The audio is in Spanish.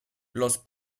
los